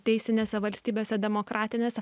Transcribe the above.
teisinėse valstybėse demokratinėse